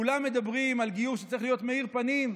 כולם מדברים על גיור שצריך להיות מאיר פנים,